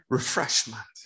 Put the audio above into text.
refreshment